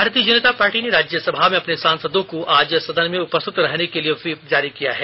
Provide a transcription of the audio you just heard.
भारतीय जनता पार्टी ने राज्यसभा में अपने सांसदों को आज सदन में उपस्थित रहने के लिए व्हिप जारी किया है